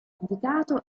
indicato